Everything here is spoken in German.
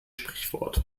sprichwort